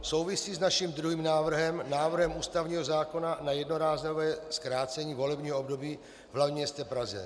Souvisí s naším druhým návrhem, návrhem ústavního zákona na jednorázové zkrácení volebního období v hlavním městě Praze.